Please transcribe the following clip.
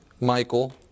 Michael